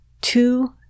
two